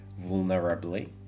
vulnerably